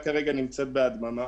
נמצאת בהדממה,